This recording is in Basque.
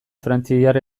frantziar